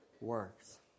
works